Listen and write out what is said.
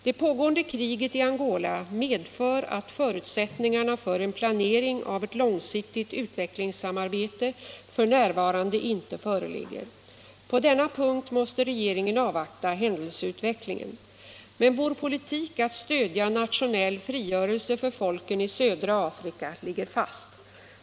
Det pågående kriget i Angola medför att förutsättningarna för en planering av ett långsiktigt utvecklingssamarbete f.n. inte föreligger. På denna punkt måste regeringen avvakta händelseutvecklingen. Men vår politik att stödja nationell frigörelse för folken i södra Afrika ligger fast.